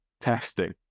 testing